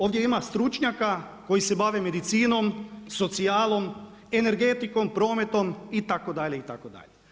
Ovdje ima stručnjaka koji se bave medicinom, socijalom, energetikom, prometom itd. itd.